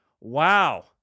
Wow